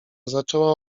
zaczęła